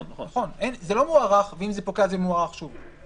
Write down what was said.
זה לא מוארך, ואם זה פוקע, זה מוארך שוב.